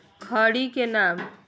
खड़ी के नाम?